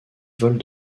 vols